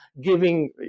giving